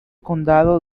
condado